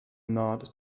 nod